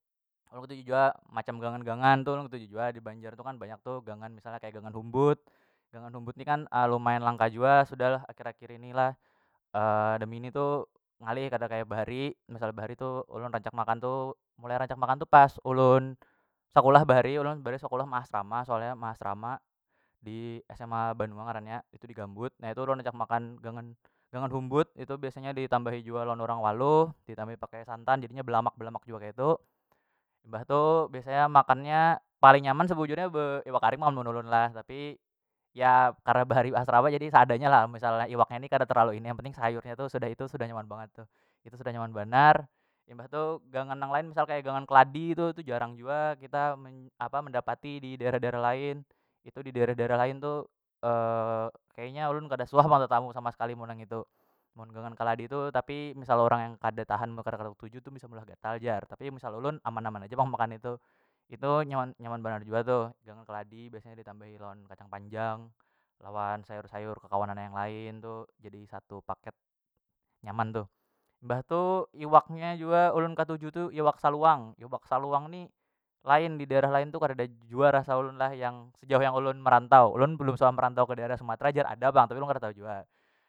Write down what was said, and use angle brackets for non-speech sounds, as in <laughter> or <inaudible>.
Ulun ketuju jua macam gangan- gangan tu ulun ketuju jua dibanjar tu kan banyak tu gangan misalnya gangan umbut, gangan umbut ni kan <hesitation> lumayan langka jua sudah lah akhir- akhri ini lah <hesitation> damini tu ngalih kada kaya bahari misal bahari tu ulun rancak makan tu mulai rancak makan tu pas ulun sekulah bahari ulun <unintelligible> sakulah ma asrama soalnya ma asrama di sma banua ngarannya itu digambut na itu ulun rancak makan gangan- gangan umbut itu biasanya ditambahi jua lawan orang waluh ditambahi pakai santan jadinya balamak- balamak jua kaitu. Mbah tu biasanya makanya paling nyaman sebujurnya be iwak karing pang mun ulun lah tapi ya karna bahari asrama jadi seadanyalah misal iwaknya ni kada terlalu ini yang penting sayur nya tu sudah itu sudah nyaman bangat tuh itu sudah nyaman banar imbah tu gangan yang lain misal gangan keladi tu itu jarang jua kita me- mendapati didaerah- daerah lain itu didaerah- daerah lain tu <hesitation> kayanya ulun kada suah pang tetamu sama sekali amun nang itu mun gangan keladi tu tapi misal urang yang kada tahan atau kada ketuju tu bisa meulah gatal jar tapi misal ulun aman- aman aja pang makan itu- itu nyaman- nyaman banar jua tuh yang keladi biasanya ditambahi lawan kacang panjang lawan sayur- sayur kekawanan yang lain tu jadi satu satu paket, nyaman tuh. Mbah tu iwaknya jua ulun katuju tu iwak saluang- iwak saluang ni lain didaerah lain tu karida jua rasa ulun lah yang sejauh yang ulun merantau, ulun balum suah merantau ke daerah sumatera jar ada pang tapi ulun kada tahu jua.